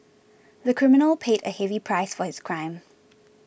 the criminal paid a heavy price for his crime